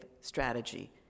strategy